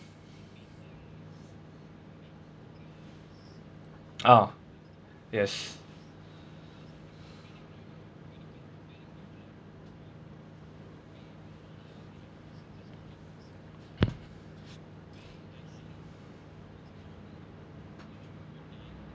ah yes